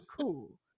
cool